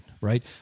right